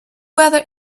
weather